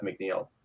mcneil